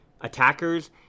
attackers